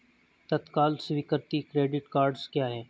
तत्काल स्वीकृति credit cards क्या हैं?